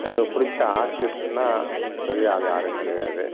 எனக்கு பிடிச்ச ஆர்ட்டிஸ்ட்டுனா பெரிய ஆள் யாரும் கிடையாது